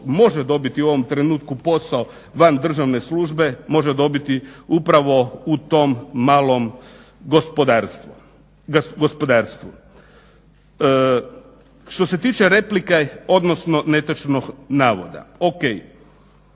može dobiti u ovom trenutku posao van državne službe može dobiti upravo u tom malom gospodarstvu. Što se tiče replike, odnosno netočnog navoda, ok,